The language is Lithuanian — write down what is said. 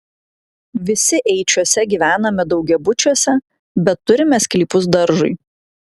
visi eičiuose gyvename daugiabučiuose bet turime sklypus daržui